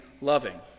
loving